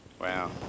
Wow